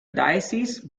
diocese